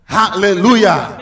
hallelujah